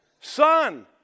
Son